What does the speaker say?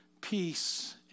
peace